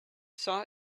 saw